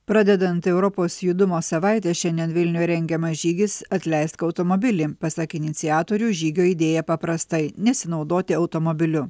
pradedant europos judumo savaitę šiandien vilniuje rengiamas žygis atleisk automobilį pasak iniciatorių žygio idėja paprastai nesinaudoti automobiliu